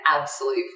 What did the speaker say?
absolute